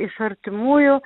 iš artimųjų